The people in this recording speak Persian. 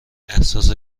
احساس